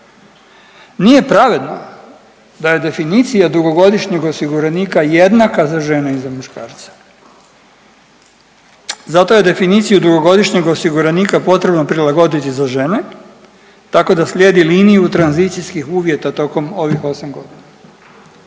nije pravedno da je definicija dugogodišnjeg osiguranika jednaka za žene i za muškarce. Zato je definiciju dugogodišnjeg osiguranika potrebno prilagoditi za žene, tako da slijedi liniju tranzicijskih uvjeta tokom ovih 8 godina.